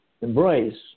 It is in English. embrace